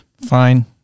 fine